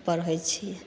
उपर होइ छियै